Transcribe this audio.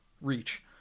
reach